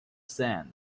sand